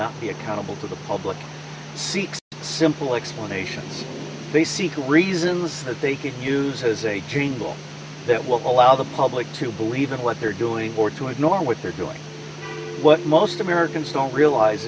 not be accountable to the public seeks simple explanations they seek reasons that they could use as a gene pool that will allow the public to believe in what they're doing or to ignore what they're doing what most americans don't realize